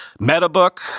Metabook